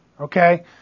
okay